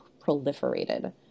proliferated